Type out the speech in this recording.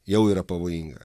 jau yra pavojinga